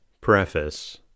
Preface